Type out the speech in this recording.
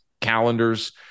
calendars